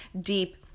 deep